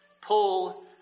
pull